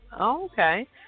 Okay